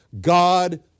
God